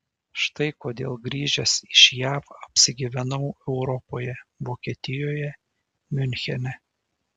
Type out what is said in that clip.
štai kodėl grįžęs iš jav apsigyvenau europoje vokietijoje miunchene